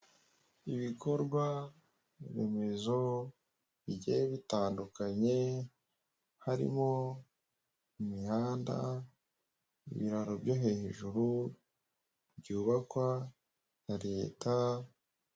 Ibikorwaremezo bigiye bitandukanye harimo imihanda, ibiraro byo hejuru byubakwa na leta.